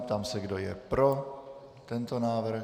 Ptám se, kdo je pro tento návrh?